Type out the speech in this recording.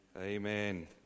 Amen